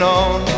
on